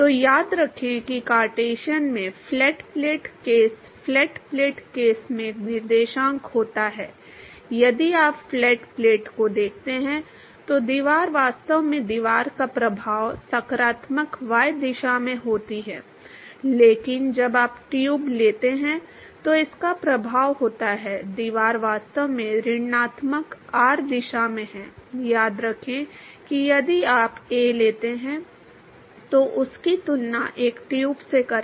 तो याद रखें कि कार्टेशियन में flat plate case flat plate case में निर्देशांक होता है यदि आप फ्लैट प्लेट को देखते हैं तो दीवार वास्तव में दीवार का प्रभाव सकारात्मक y दिशा में होती है लेकिन जब आप ट्यूब लेते हैं तो इसका प्रभाव होता है दीवार वास्तव में ऋणात्मक r दिशा में है याद रखें कि यदि आप a लेते हैं तो उसकी तुलना एक ट्यूब से करें